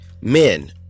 men